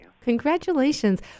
Congratulations